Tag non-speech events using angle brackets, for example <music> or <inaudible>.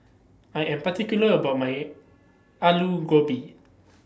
I Am particular about My <unintelligible> Aloo Gobi